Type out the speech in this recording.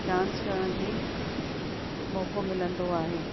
dance करण जी मौक़ो मिलंदो आहे